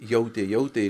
jautė jautė